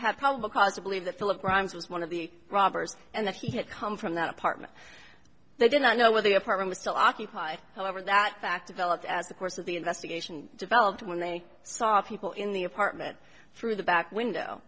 cause to believe that phillip grimes was one of the robbers and that he had come from that apartment they did not know where the apartment was still occupied however that fact developed as the course of the investigation developed when they saw people in the apartment through the back window